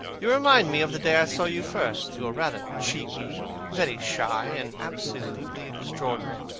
you remind me of the day i saw you first. you were rather cheeky, very shy, and absolutely extraordinary.